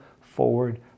forward